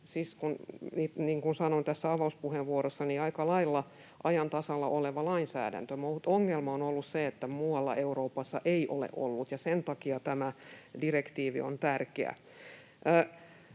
niin kuin sanoin avauspuheenvuorossani, aika lailla ajan tasalla oleva lainsäädäntö, mutta ongelma on ollut se, että muualla Euroopassa ei ole ollut, ja sen takia tämä direktiivi on tärkeä.